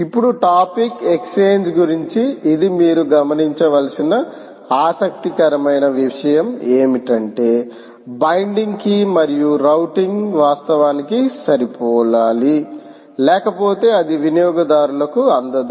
ఇప్పుడు topic exchange గురించి ఇది మీరు గమనించవలసిన ఆసక్తికరమైన విషయం ఏమిటంటే బైండింగ్ కీ మరియు రౌటింగ్ వాస్తవానికి సరిపోలాలి లేకపోతే అది వినియోగదారులకు అందదు